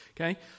Okay